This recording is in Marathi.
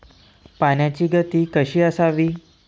पाण्याची गती कशी असावी?